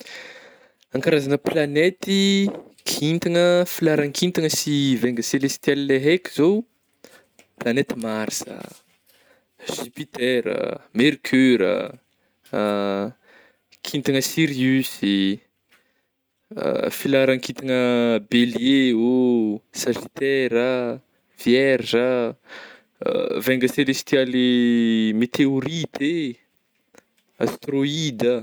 An karazagna plagnety, kintagna, filaharagn'ny kintagna sy vainga selestialy le haiko zao planete marsa, jupiter ah, mercure ah, kintagna sirius ih, filaharan-kintagna belier ô, sagittaire ah, vierge ah, vainga selestialy meteorite eh, asteroida.